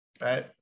right